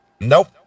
nope